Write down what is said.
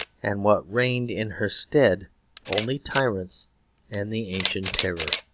and what reigned in her stead only tyrants and the ancient terror.